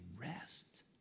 rest